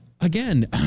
again